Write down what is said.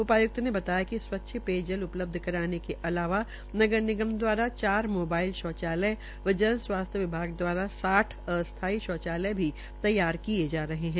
उपाय्क्त ने बताया कि स्वच्छ पेयजल उपलब्ध कराने के अलावा नगर निगम द्वारा चार मोबाइल शौचालय व जनस्वास्थ्य विभाग साठ अस्थायी शौचालय भी तैयार किये जा रहे है